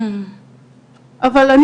אבל,